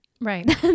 Right